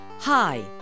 Hi